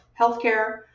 healthcare